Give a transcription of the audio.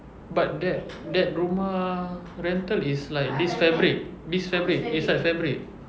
but that that rumah rental is like this fabric this fabric it's like fabric